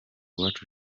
uwacu